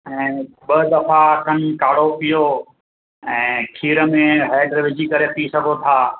ऐं ॿ दफ़ा खनु काढ़ो पीओ ऐं खीर में हैड विझी करे पी सघो था